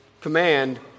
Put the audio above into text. command